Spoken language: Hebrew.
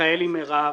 מיכאלי מירב,